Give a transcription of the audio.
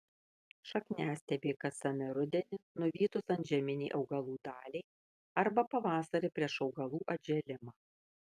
šakniastiebiai kasami rudenį nuvytus antžeminei augalų daliai arba pavasarį prieš augalų atžėlimą